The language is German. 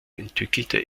entwickelte